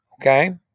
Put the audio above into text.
okay